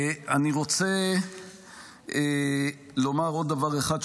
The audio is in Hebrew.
אני רוצה לומר עוד דבר אחד,